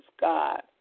God